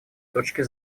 точки